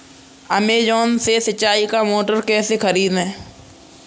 Amazon से सिंचाई का मोटर कैसे खरीदें?